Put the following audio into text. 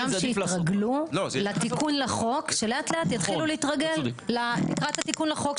וגם שיתרגלו לתיקון לחוק שלאט לאט יתחילו להתרגל לקראת התיקון לחוק,